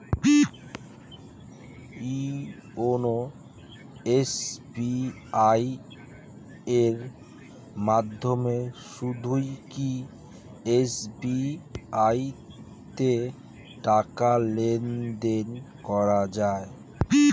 YONO SBI এর মাধ্যমে শুধুই কি এস.বি.আই তে টাকা লেনদেন করা যায়?